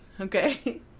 Okay